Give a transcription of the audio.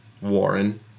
Warren